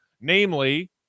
namely